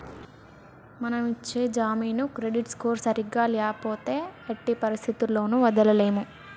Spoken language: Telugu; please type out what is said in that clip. మనం ఇచ్చే జామీను క్రెడిట్ స్కోర్ సరిగ్గా ల్యాపోతే ఎట్టి పరిస్థతుల్లోను వదలలేము